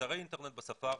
אתרי אינטרנט בשפה הרוסית,